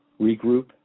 regroup